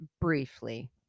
briefly